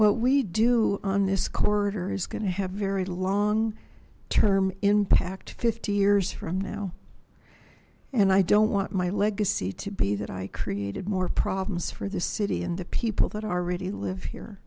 what we do on this corridor is going to have very long term impact fifty years from now and i don't want my legacy to be that i created more problems for the city and the people that already live here